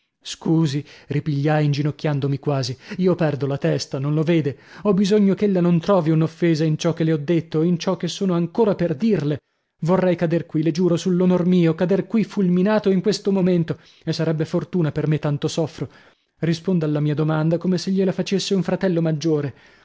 scusi ripigliai inginocchiandomi quasi io perdo la testa non lo vede ho bisogno ch'ella non trovi un'offesa in ciò ch'io le ho detto in ciò che sono ancora per dirle vorrei cader qui le giuro sull'onor mio cader qui fulminato in questo momento e sarebbe fortuna per me tanto soffro risponda alla mia domanda come se gliela facesse un fratello maggiore